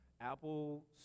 Apple